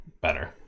better